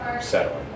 settling